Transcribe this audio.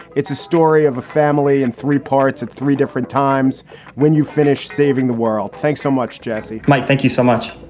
it's a story of a family in three parts at three different times when you finish saving the world. thanks so much, jesse. thank you so much